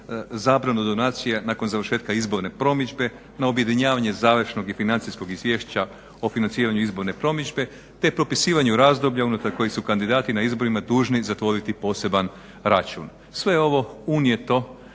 zabranu donacija nakon završetka izborne promidžbe, na objedinjavanje završnog i financijskog izvješća o financiranju izborne promidžbe, te propisivanju razdoblja unutar kojih su kandidati na izborima dužni zatvoriti poseban račun. Sve je ovo unijeto